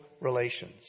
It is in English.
relations